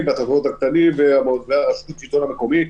והתיאטראות הקטנים והשלטון המקומי.